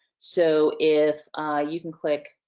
so if you can click,